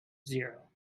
zero